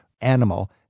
animal